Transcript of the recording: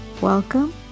Welcome